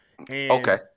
Okay